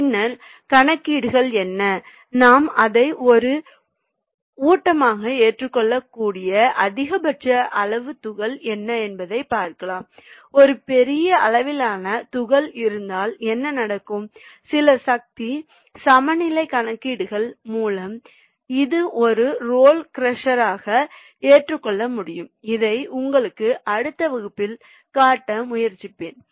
பின்னர் கணக்கீடுகள் என்ன நாம் அதை ஒரு ஊட்டமாக ஏற்றுக்கொள்ளக்கூடிய அதிகபட்ச அளவு துகள் என்ன என்பதை பார்க்கலாம் ஒரு பெரிய அளவிலான துகள் இருந்தால் என்ன நடக்கும் சில சக்தி சமநிலை கணக்கீடுகள் மூலம் அது ஒரு ரோல் க்ரஷர்யாக ஏற்றுக்கொள்ள முடியும் அதை உங்களுக்குக் அடுத்த வகுப்பில் காட்ட முயற்சிப்பேன்